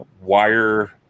wire